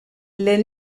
les